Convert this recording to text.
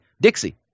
Dixie